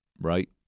right